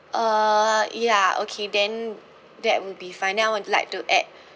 uh ya okay then that would be fine then I would like to add